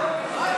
אני